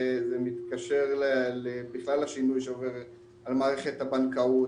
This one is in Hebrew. זה מתקשר בכלל לשינוי שעובר על מערכת הבנקאות,